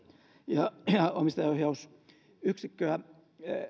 ja omistajaohjausyksikköä